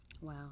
Wow